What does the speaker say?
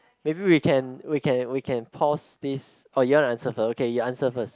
maybe we can we can we can pause this oh you want to answer first okay you answer first